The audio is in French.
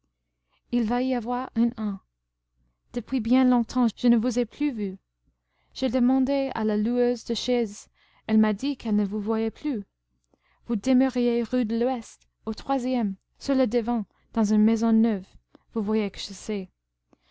il va y avoir un an depuis bien longtemps je ne vous ai plus vue j'ai demandé à la loueuse de chaises elle m'a dit qu'elle ne vous voyait plus vous demeuriez rue de l'ouest au troisième sur le devant dans une maison neuve vous voyez que je sais